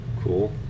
Cool